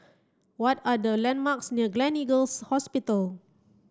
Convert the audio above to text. what are the landmarks near Gleneagles Hospital